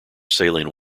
saline